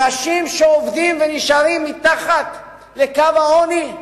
אנשים שעובדים ונשארים מתחת לקו העוני,